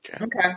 Okay